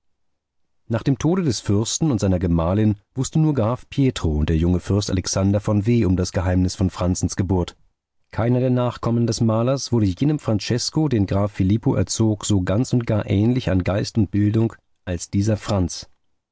nach dem tode des fürsten und seiner gemahlin wußte nur graf pietro und der junge fürst alexander von w um das geheimnis von franzens geburt keiner der nachkömmlinge des malers wurde jenem francesko den graf filippo erzog so ganz und gar ähnlich an geist und bildung als dieser franz